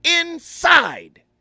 inside